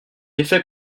effet